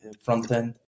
front-end